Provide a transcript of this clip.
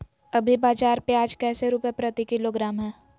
अभी बाजार प्याज कैसे रुपए प्रति किलोग्राम है?